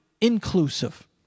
inclusive